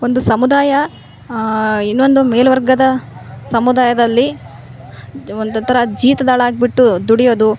ಒಂದು ಸಮುದಾಯ ಇನ್ನೊಂದು ಮೇಲ್ವರ್ಗದ ಸಮುದಾಯದಲ್ಲಿ ಒಂದು ಥರ ಜೀತದ ಆಳಾಗಿ ಆಗ್ಬಿಟ್ಟು ದುಡಿಯೋದು